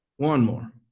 one more,